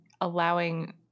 allowing